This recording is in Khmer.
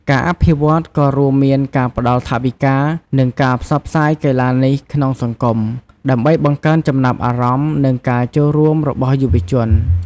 ការអភិវឌ្ឍន៍ក៏រួមមានការផ្តល់ថវិកា និងការផ្សព្វផ្សាយកីឡានេះក្នុងសង្គម ដើម្បីបង្កើនចំណាប់អារម្មណ៍ និងការចូលរួមរបស់យុវជន។